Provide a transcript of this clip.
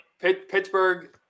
Pittsburgh